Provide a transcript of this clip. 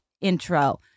intro